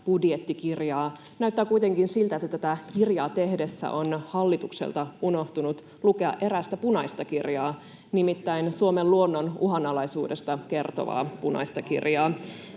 budjettikirjaa. Näyttää kuitenkin siltä, että tätä kirjaa tehdessä on hallitukselta unohtunut lukea erästä punaista kirjaa, nimittäin Suomen luonnon uhanalaisuudesta kertovaa punaista kirjaa.